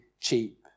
cheap